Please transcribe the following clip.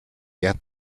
yet